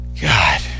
god